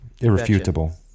Irrefutable